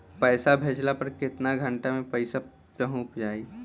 पैसा भेजला पर केतना घंटा मे पैसा चहुंप जाई?